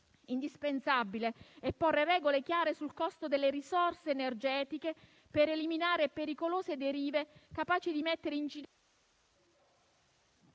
indispensabile porre regole chiare sul costo delle risorse energetiche per eliminare pericolose derive capaci di mettere in